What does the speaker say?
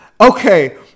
okay